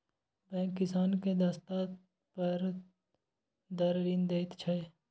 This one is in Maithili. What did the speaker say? बैंक किसान केँ सस्ता दर पर ऋण दैत छै